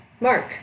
Mark